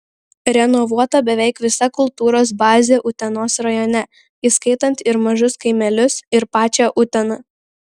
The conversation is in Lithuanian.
renovuota beveik visa kultūros bazė utenos rajone įskaitant ir mažus kaimelius ir pačią uteną